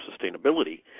sustainability